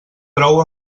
prou